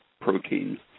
protein